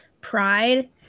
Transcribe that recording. pride